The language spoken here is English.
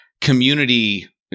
community